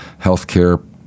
healthcare